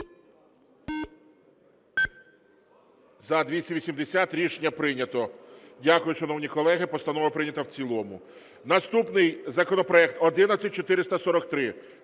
За-280 Рішення прийнято. Дякую, шановні колеги, постанова прийнята в цілому. Наступний законопроект 11443.